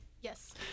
Yes